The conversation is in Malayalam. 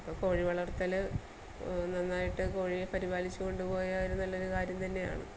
അപ്പം കോഴി വളർത്തൽ നന്നായിട്ട് കോഴിയെ പരിപാലിച്ച് കൊണ്ട് പോയാൽ ഒരു നല്ലൊരു കാര്യം തന്നെയാണ്